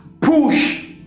push